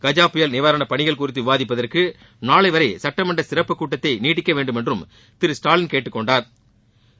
கஜ புயல் நிவாரணப் பணிகள் குறித்து விவாதிப்பதற்கு நாளை வரை சட்டமன்ற சிறப்புக் கூட்டத்தை நீட்டிக்க வேண்டுமென்றும் திரு ஸ்டாலின் கேட்டுக் கொண்டாா்